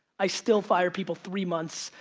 i still fire people three months,